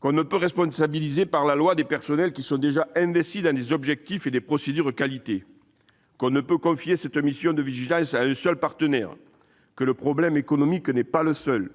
qu'on ne peut responsabiliser, par la loi, des personnels déjà soumis à des objectifs et à des procédures de qualité, qu'on ne peut confier cette mission de vigilance à un seul partenaire, que le problème économique n'est pas le seul,